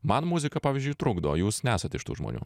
man muzika pavyzdžiui trukdo jūs nesat iš tų žmonių